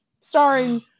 starring